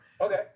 Okay